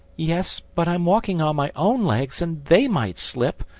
yes but i'm walking on my own legs, and they might slip.